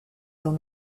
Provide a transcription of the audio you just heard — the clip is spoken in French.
dans